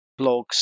blogs